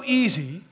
easy